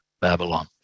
babylon